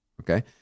okay